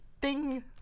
Ding